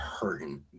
hurting